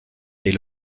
est